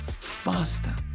faster